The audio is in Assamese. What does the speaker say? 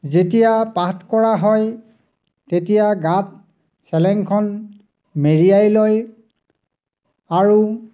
যেতিয়া পাঠ কৰা হয় তেতিয়া গাত চেলেংখন মেৰিয়াই লয় আৰু